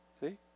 see